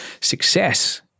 success